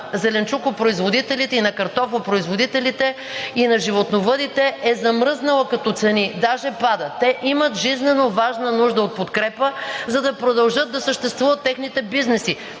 зеленчукопроизводителите, и на картофопроизводителите, и на животновъдите, е замръзнала като цени, даже падат. Те имат жизненоважна нужда от подкрепа, за да продължат да съществуват техните бизнеси.